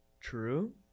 True